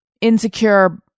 insecure